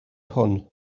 hwn